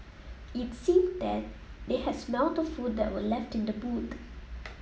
it seemed that they had smelt the food that were left in the boot